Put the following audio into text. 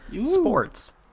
Sports